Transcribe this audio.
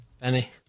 Benny